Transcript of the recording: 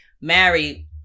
married